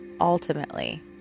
ultimately